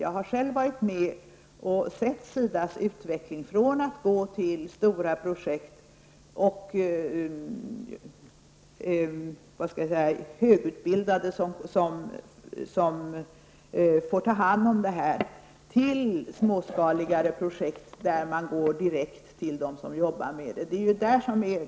Jag har själv varit med och sett SIDAs utveckling, från stora projekt som högutbildade får ta hand om till småskaligare projekt som vänder sig direkt till dem som jobbar med dem.